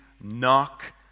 Knock